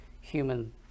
human